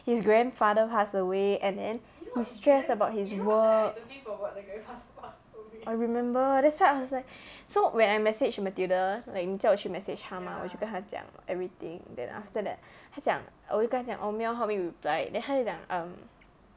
his grandfather passed away and then he's stressed about his work I remember that's why I was like so when I message matilda like 你叫我去 message 她 mah 我就跟她讲 everything then after that 她讲 err 我就跟她讲 orh 没有他没有 reply then 她就讲